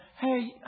hey